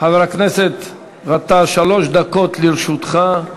חבר הכנסת גטאס, שלוש דקות לרשותך.